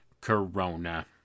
Corona